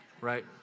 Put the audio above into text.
Right